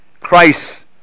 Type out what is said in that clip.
Christ